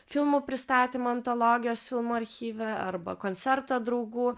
filmų pristatymą antologijos filmų archyve arba koncerto draugų